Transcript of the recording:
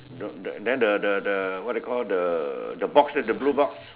the then the the the what do you call the box the blue box